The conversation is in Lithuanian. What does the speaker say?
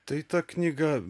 tai ta knyga